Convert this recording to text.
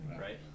right